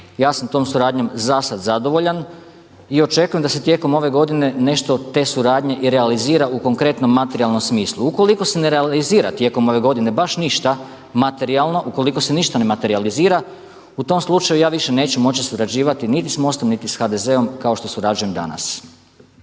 Ja sam tom suradnjom za sad zadovoljan i očekujem da se ove godine nešto od te suradnje i realizira u konkretnom materijalnom smislu. Ukoliko se ne realizira tijekom ove godine baš ništa materijalno, ukoliko se ništa ne materijalizira u tom slučaju ja više neću moći surađivati niti s MOST-om, niti sa HDZ-om kao što surađujem danas.